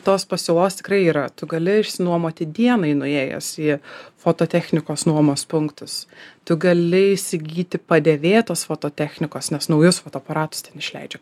tos pasiūlos tikrai yra tu gali išsinuomoti dienai nuėjęs į fototechnikos nuomos punktus tu gali įsigyti padėvėtos fototechnikos nes naujus fotoaparatus ten išleidžia